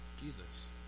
Jesus